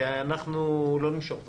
ואנחנו לא נמשוך דברים.